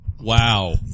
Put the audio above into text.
wow